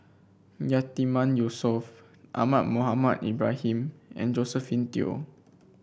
Yatiman Yusof Ahmad Mohamed Ibrahim and Josephine Teo